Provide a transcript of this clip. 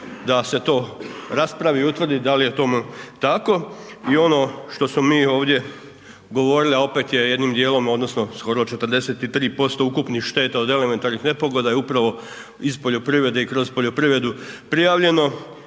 da se to raspravi i utvrdi da li je tome tako i ono što smo mi ovdje govorili, a opet je jednim dijelom, odnosno skoro 43% ukupnih šteta od elementarnih nepogoda je upravo iz poljoprivrede i kroz poljoprivredu prijavljeno